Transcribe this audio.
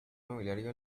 nobiliario